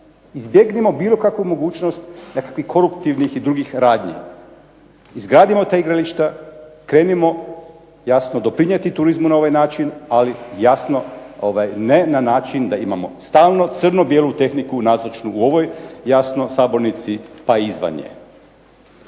izbjegnimo bilo kakvu mogućnost nekakvih koruptivnih i drugih radnji, izgradimo ta igrališta, krenimo jasno doprinijeti turizmu na ovaj način, ali jasno ne način da imamo stalno crno bijelu tehniku nazočnu u ovoj jasno sabornici, pa i izvan nje.